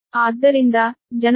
ಆದ್ದರಿಂದ ಜನರೇಟರ್ ವಾಸ್ತವವಾಗಿ 13